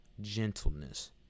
gentleness